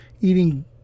eating